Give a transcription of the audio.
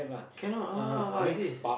cannot ah what's this